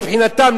מבחינתם,